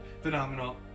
phenomenal